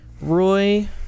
Roy